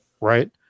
Right